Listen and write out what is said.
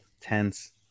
Tense